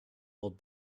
old